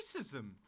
racism